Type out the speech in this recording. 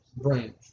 branch